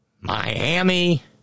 Miami